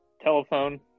Telephone